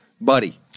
buddy